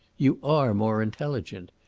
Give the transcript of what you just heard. you are more intelligent.